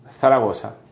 Zaragoza